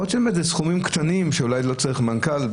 יכול להיות שעם איזה סכומים קטנים שאולי לא צריך מנכ"ל.